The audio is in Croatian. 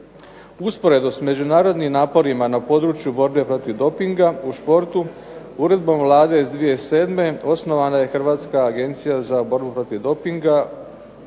usporedbi sa međunarodnim naporima na području borbe protiv dopinga u športu uredbom Vlade iz 2007. osnovana je Hrvatska agencija za borbu protiv dopinga,